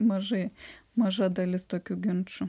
mažai maža dalis tokių ginčų